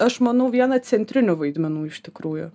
aš manau viena centrinių vaidmenų iš tikrųjų